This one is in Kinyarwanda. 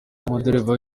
umudereva